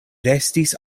restis